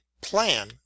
plan